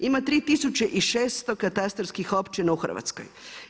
Ima 3600 katastarskih općina u Hrvatskoj.